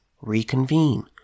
reconvene